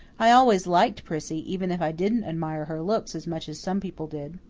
i always liked prissy, even if i didn't admire her looks as much as some people did.